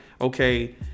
okay